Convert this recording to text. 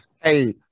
Hey